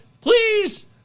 Please